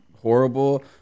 horrible